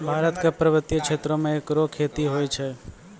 भारत क पर्वतीय क्षेत्रो म एकरो खेती होय छै